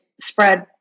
spread